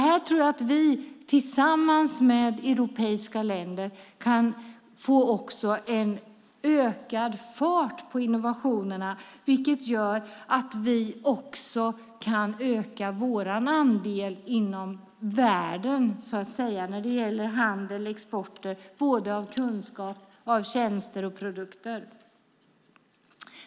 Här tror jag att vi tillsammans med europeiska länder kan få en ökad fart på innovationerna, vilket gör att vi också kan öka vår andel i världen när det gäller handel och export av kunskap, tjänster och produkter.